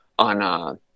on